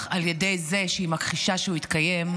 על ידי זה שהיא מכחישה שהוא התקיים,